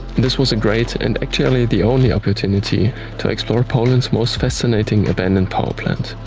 this was a great and actually the only opportunity to explore poland's most fascinating abandoned power plant.